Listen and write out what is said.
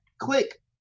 click